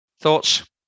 Thoughts